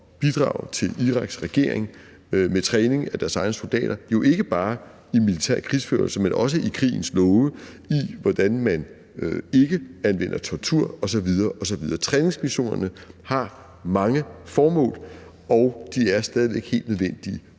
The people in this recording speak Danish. bidrage til Iraks regering med træning af deres egne soldater – jo ikke bare i militær krigsførelse, men også i krigens love og i, hvordan man ikke anvender tortur osv. osv. Træningsmissionerne har mange formål, og de er stadig væk helt nødvendige,